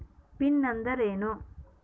Pin ಅಂದ್ರೆ ಏನ್ರಿ?